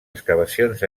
excavacions